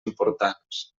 importants